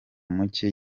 mucye